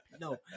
No